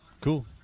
Cool